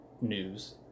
news